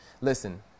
Listen